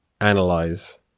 analyze